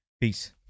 Peace